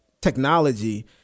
technology